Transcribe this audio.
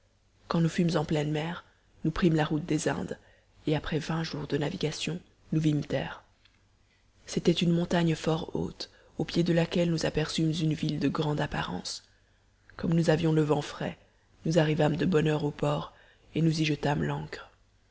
quand nous fûmes en pleine mer nous prîmes la route des indes et après vingt jours de navigation nous vîmes terre c'était une montagne fort haute au pied de laquelle nous aperçûmes une ville de grande apparence comme nous avions le vent frais nous arrivâmes de bonne heure au port et nous y jetâmes l'ancre